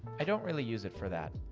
i don't really use it for that.